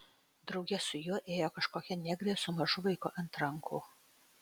drauge su juo ėjo kažkokia negrė su mažu vaiku ant rankų